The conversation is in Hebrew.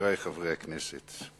חברי חברי הכנסת,